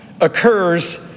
occurs